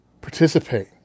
Participate